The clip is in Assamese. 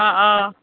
অঁ অঁ